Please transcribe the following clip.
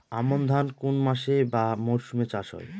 আমন ধান কোন মাসে বা মরশুমে চাষ হয়?